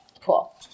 cool